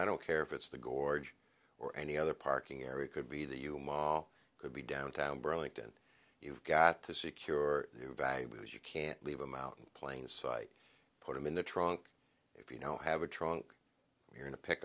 i don't care if it's the gorge or any other parking area could be that you moll could be downtown burlington you've got to secure the value because you can't leave a mountain plain sight put them in the trunk if you don't have a trunk you're in a pick